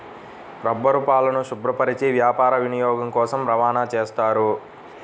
రబ్బరుపాలను శుభ్రపరచి వ్యాపార వినియోగం కోసం రవాణా చేస్తారు